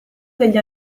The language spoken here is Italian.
degli